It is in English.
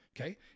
okay